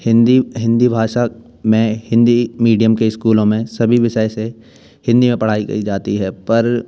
हिन्दी हिन्दी भाषा में हिन्दी मीडियम के स्कूलों में सभी विषय से हिन्दी में पढ़ाई करी जाती है पर